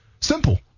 Simple